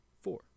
four